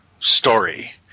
story